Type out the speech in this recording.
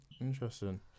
Interesting